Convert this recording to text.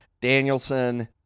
Danielson